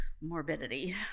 morbidity